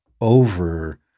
over